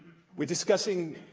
were discussing